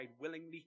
willingly